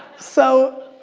so,